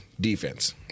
defense